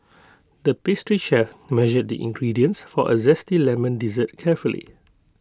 the pastry chef measured the ingredients for A Zesty Lemon Dessert carefully